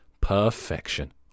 perfection